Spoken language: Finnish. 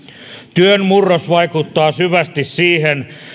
työn murros vaikuttaa syvästi siihen